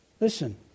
Listen